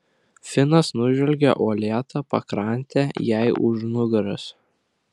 finas nužvelgė uolėtą pakrantę jai už nugaros